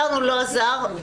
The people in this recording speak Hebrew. לא עזר,